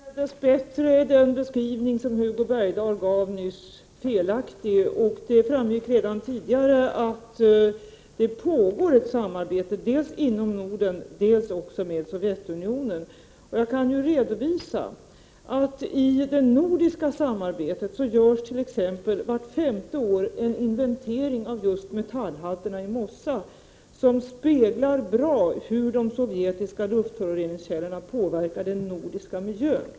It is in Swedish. Herr talman! Dess bättre är den beskrivning som Hugo Bergdahl nyss gav felaktig. Det framgick redan tidigare att det pågår ett samarbete dels inom Norden, dels med Sovjetunionen. Jag kunde ju redovisa att i det nordiska samarbetet görs t.ex. vart femte år en inventering av metallhalterna i mossan. Dessa inventeringar speglar bra hur de sovjetiska luftföroreningskällorna påverkar den nordiska miljön.